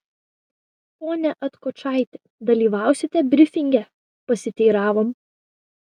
pone atkočaiti dalyvausite brifinge pasiteiravom